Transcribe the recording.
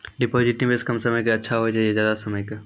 Deposit निवेश कम समय के के अच्छा होय छै ज्यादा समय के?